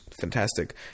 fantastic